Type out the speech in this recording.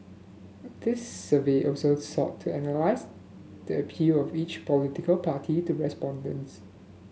this survey also sought to analyse the appeal of each political party to respondents